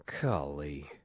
Golly